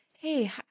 hey